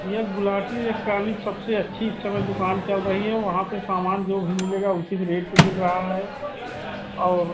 yes Gulati electronic सबसे अच्छी इस समय दुकान चल रही है वहाँ पर सामान जो भी मिलेगा उचित रेट पर मिल रहा है और